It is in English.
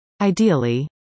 Ideally